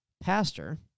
pastor